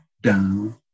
down